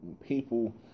people